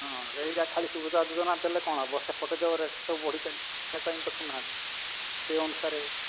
ହଁ ସେଇଟା ଖାଲି ସୁଭଦ୍ରା ଯୋଜନା ଦେଲେ କ'ଣ ହେବ ସେପଟେ ଯୋଉ ରେଟ୍ ସବୁ ବଢ଼ି ଚାଲିଛି ତାକୁ କାଇଁ ଦେଖୁନାହାନ୍ତି ସେଇ ଅନୁସାରେ